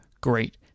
great